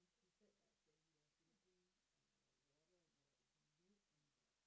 he said that when we are drinking uh water and all that we can mute and the